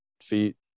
feet